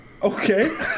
Okay